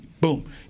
boom